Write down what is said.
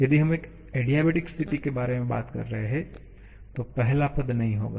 यदि हम एक एडियाबेटिक स्थिति के बारे में बात कर रहे हैं तो पहला पद नहीं होगा